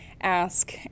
ask